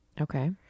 Okay